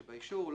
שבאישור.